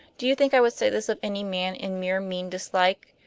do you think i would say this of any man in mere mean dislike?